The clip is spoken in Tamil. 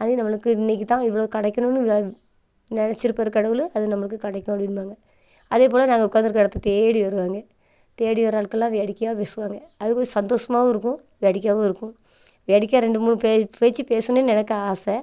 அதே நம்மளுக்கு இன்றைக்கி தான் இவ்வளோ கிடைக்கணுன்னு நினைச்சிருப்பாரு கடவுள் அது நம்மளுக்கு கிடைக்கும் அப்படிம்பாங்க அதே போல் நாங்கள் உக்காந்துருக்க இடத்த தேடி வருவாங்க தேடி வர ஆட்கள்லா வேடிக்கையாக பேசுவாங்க அது கொஞ்சம் ஒரு சந்தோசமாகவும் இருக்கும் வேடிக்கையாகவும் இருக்கும் வேடிக்கையாக ரெண்டு மூணு பே பேச்சு பேசணுன்னு எனக்கு ஆசை